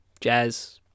jazz